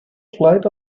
flight